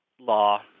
law